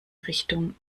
richtung